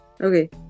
Okay